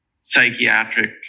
psychiatric